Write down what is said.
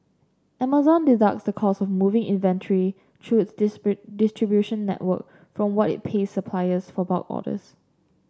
Amazon deducts the cost of moving inventory through its dispute distribution network from what it pays suppliers for bulk orders